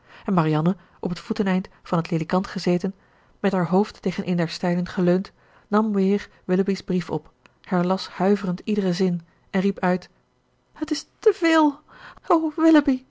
en marianne op het voeteneind van het ledikant gezeten met haar hoofd tegen een der stijlen geleund nam weer willoughby's brief op herlas huiverend iederen zin en riep uit het is te veel o